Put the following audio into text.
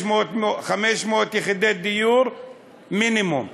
500 יחידות דיור מינימום.